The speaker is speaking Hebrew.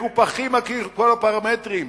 מקופחים על-פי כל הפרמטרים.